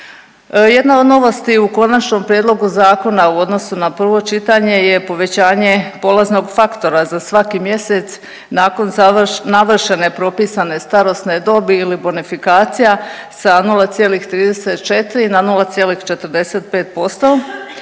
Jedna od novosti u Konačnom prijedlogu zakona u odnosu na prvo čitanje je povećanje polaznog faktora za svaki mjesec nakon navršene propisane starosne dobi ili bonefikacija sa 0,34 na 0,45%,